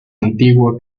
antigua